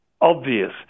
obvious